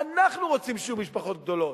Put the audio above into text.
ואנחנו רוצים שיהיו משפחות גדולות.